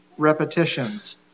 repetitions